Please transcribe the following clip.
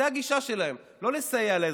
לא לסייע לאזרחים,